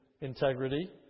integrity